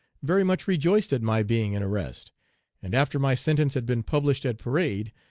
very much rejoiced at my being in arrest and after my sentence had been published at parade,